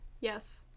Yes